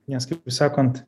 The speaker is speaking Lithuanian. nes kaip sakant